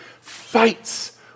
Fights